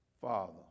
father